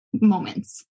moments